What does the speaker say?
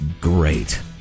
great